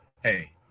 hey